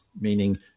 meaning